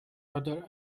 other